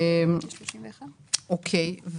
אוקיי.